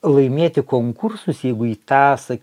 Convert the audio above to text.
laimėti konkursus jeigu jį tąsą